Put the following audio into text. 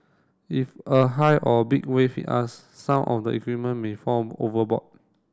if a high or big wave hit us some of the equipment may fall overboard